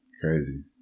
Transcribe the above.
Crazy